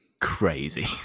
crazy